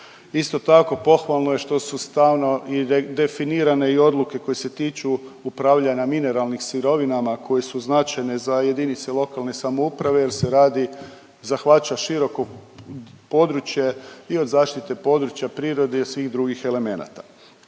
Isto tako, pohvalno je što su stalno i definirane i odluke koje se tiču upravljanja mineralnim sirovinama koje su značajne za jedinice lokalne samouprave jer se radi, zahvaća široko područje i od zaštite područja prirode i od svih drugih elemenata.